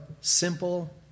simple